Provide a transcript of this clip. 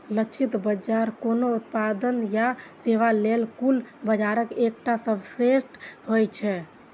लक्षित बाजार कोनो उत्पाद या सेवा लेल कुल बाजारक एकटा सबसेट होइ छै